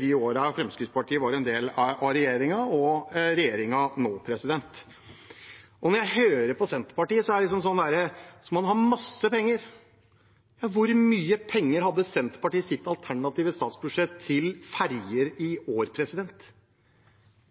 de årene Fremskrittspartiet var en del av regjeringen, og av regjeringen nå. Når jeg hører på Senterpartiet, er det som om man har masse penger. Hvor mye penger hadde Senterpartiet i sitt alternative statsbudsjett til ferger i år? Det var